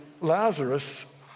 Lazarus